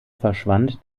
verschwand